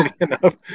enough